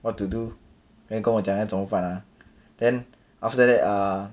what to do then 跟我讲真么办 ah then after that uh